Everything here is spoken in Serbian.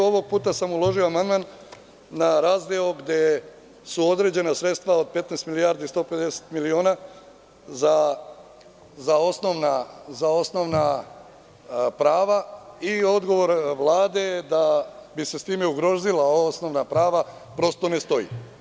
Ovog puta sam uložio amandman na razdeo gde su određena sredstva od 15 milijardi i 115 miliona za osnovna prava i odgovor Vlade da bi se sa time ugrozila osnovna prava, prosto ne stoji.